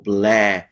Blair